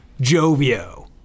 Jovio